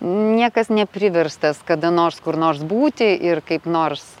niekas nepriverstas kada nors kur nors būti ir kaip nors